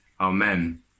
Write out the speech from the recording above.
Amen